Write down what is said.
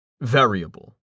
Variable